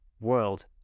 world